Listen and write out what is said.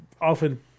often